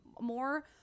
more